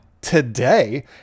today